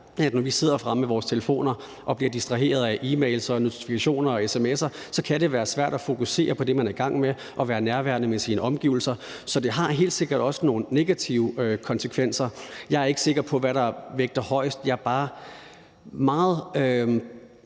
det, når vi sidder med vores telefoner fremme og bliver distraheret af e-mails, notifikationer og sms'er, kan være svært at fokusere på det, man er i gang med, og være nærværende med sine omgivelser. Så det har helt sikkert også nogle negative konsekvenser. Jeg er ikke sikker på, hvad der vægter tungest, jeg er bare meget